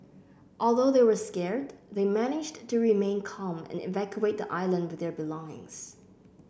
although they were scared they managed to remain calm and evacuate the island with their belongings